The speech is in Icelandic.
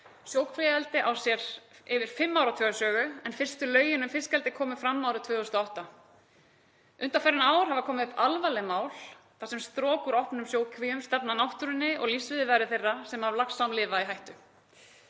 Sjókvíaeldi á sér yfir fimm áratuga sögu en fyrstu lögin um fiskeldi komu fram árið 2008. Undanfarin ár hafa komið upp alvarleg mál þar sem strok úr opnum sjókvíum hefur stefnt náttúrunni og lífsviðurværi þeirra sem af laxám lifa í hættu.